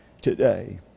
today